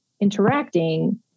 interacting